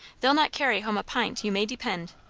they'll not carry home a pint, you may depend.